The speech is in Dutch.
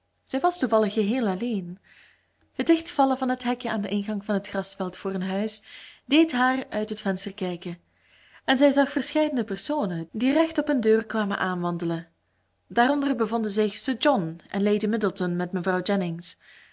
zij was toevallig geheel alleen het dichtvallen van het hekje aan den ingang van het grasveld voor hun huis deed haar uit het venster kijken en zij zag verscheiden personen die recht op hun deur kwamen aanwandelen daaronder bevonden zich sir john en lady middleton met mevrouw jennings